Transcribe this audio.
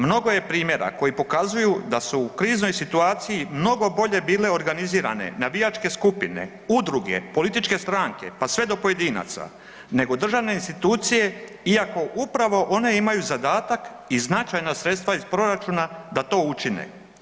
Mnogo je primjera koji pokazuju da su u kriznoj situaciji mnogo bolje bile organizirane navijačke skupine, udruge, političke stranke, pa sve do pojedinaca nego državne institucije iako upravo one imaju zadatak i značajna sredstva iz proračuna da to učine.